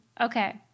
Okay